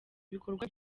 ibikorwa